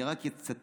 אני רק אצטט